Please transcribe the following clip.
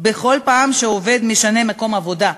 בכל פעם שעובד משנה מקום עבודה.